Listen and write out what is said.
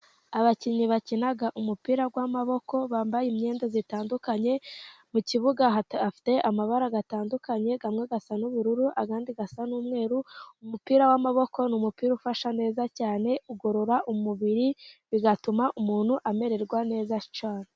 Abakinnyi bakina umupira w'amaboko bambaye imyenda itandukanye, mu kibuga afite amabara atandukanye ,amwe asa n'ubururu ,ayandi asa n'umweru. Umupira w'amaboko ni umupira ufasha neza cyane, ugorora umubiri bigatuma umuntu amererwa neza cyane.